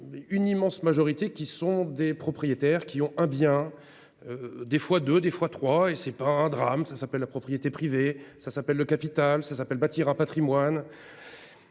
une immense majorité qui sont des propriétaires qui ont un bien. Des fois deux, des fois trois et c'est pas un drame, ça s'appelle la propriété privée, ça s'appelle le capital-, ça s'appelle bâtir un Patrimoine.